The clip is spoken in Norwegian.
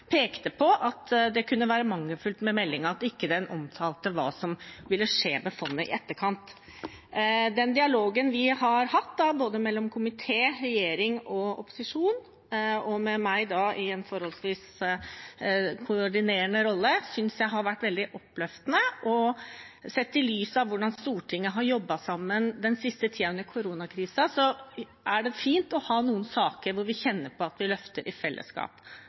det kunne være mangelfullt ved meldingen at den ikke omtalte hva som ville skje med fondet i etterkant. Den dialogen vi har hatt, mellom både komité, regjering og opposisjon, og med meg i en forholdsvis koordinerende rolle, synes jeg har vært veldig oppløftende. Og sett i lys av hvordan Stortinget har jobbet sammen den siste tiden under koronakrisen, er det fint å ha noen saker hvor vi kjenner på at vi løfter i fellesskap.